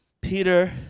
peter